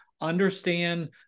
Understand